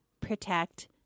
protect